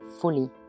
fully